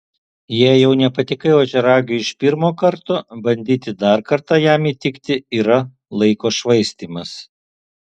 jei jau nepatikai ožiaragiui iš pirmo karto bandyti dar kartą jam įtikti yra laiko švaistymas